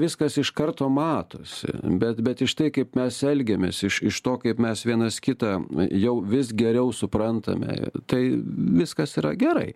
viskas iš karto matosi bet bet į štai kaip mes elgiamės iš iš to kaip mes vienas kitą jau vis geriau suprantame tai viskas yra gerai